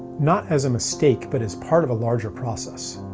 not as a mistake, but as part of a larger process.